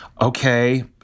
okay